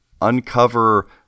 uncover